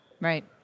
Right